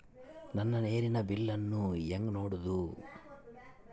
ನನ್ನ ನೇರಿನ ಬಿಲ್ಲನ್ನು ಹೆಂಗ ನೋಡದು?